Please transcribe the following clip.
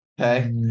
Okay